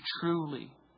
truly